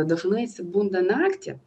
dažnai atsibunda naktį